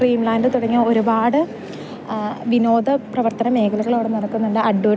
dream land തുടങ്ങിയ ഒരുപാട് വിനോദപ്രവർത്തന മേഖലകളവിടെ നടക്കുന്നുണ്ട്